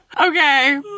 Okay